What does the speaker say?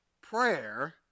prayer